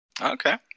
Okay